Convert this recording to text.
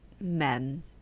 men